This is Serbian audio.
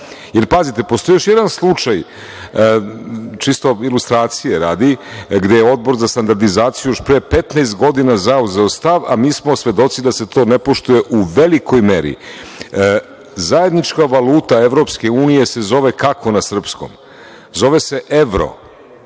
zalažemo. Pazite, postoji još jedan slučaj, čisto radi ilustracije, gde je Odbor za standardizaciju još pre 15 godina zauzeo stav, a mi smo svedoci da se to ne poštuje u velikoj meri, zajednička valuta EU se zove, kako na srpskom? Zove se evro,